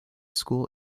school